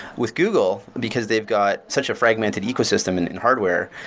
with google, because they've got such a fragmented ecosystem and and hardware,